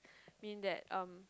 mean that um